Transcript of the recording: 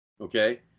Okay